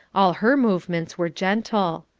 all her movements were gentle.